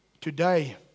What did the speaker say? Today